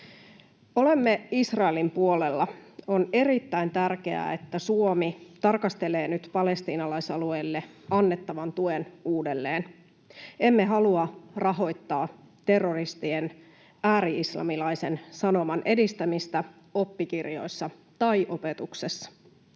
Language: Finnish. Olemme Israelin puolella. On erittäin tärkeää, että Suomi tarkastelee nyt palestiinalaisalueille annettavan tuen uudelleen. Emme halua rahoittaa terroristien ääri-islamilaisen sanoman edistämistä oppikirjoissa tai opetuksessa.